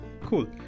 Cool